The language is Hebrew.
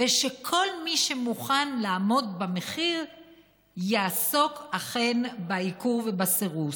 ושכל מי שמוכן לעמוד במחיר יעסוק בעיקור ובסירוס.